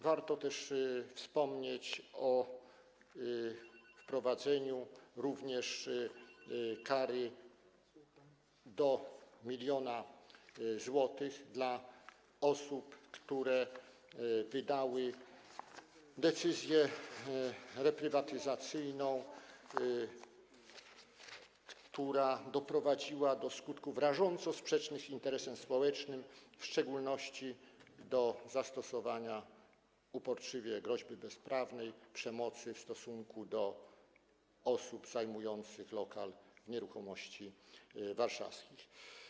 Warto też wspomnieć o wprowadzeniu kary do 1 mln zł dla osób, które wydały decyzję reprywatyzacyjną, która doprowadziła do skutków rażąco sprzecznych z interesem społecznym, w szczególności do stosowania uporczywie groźby bezprawnej, a także przemocy w stosunku do osób zajmujących lokal nieruchomości warszawskich.